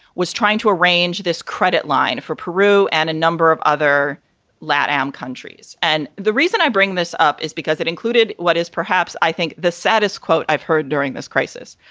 was trying to arrange this credit line for peru and a number of other latam countries. and the reason i bring this up is because it included what is perhaps i think the saddest quote i've heard during this crisis,